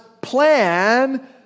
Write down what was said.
plan